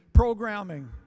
Programming